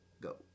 Go